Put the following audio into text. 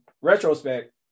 retrospect